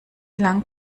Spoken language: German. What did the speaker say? lang